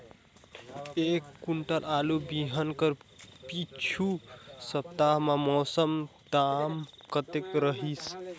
एक कुंटल आलू बिहान कर पिछू सप्ता म औसत दाम कतेक रहिस?